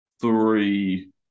three